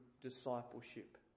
discipleship